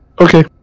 Okay